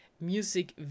music